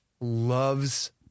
loves